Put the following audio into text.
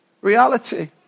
reality